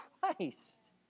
Christ